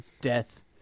death